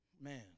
man